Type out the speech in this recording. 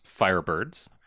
Firebirds